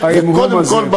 זה קודם כול,